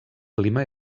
clima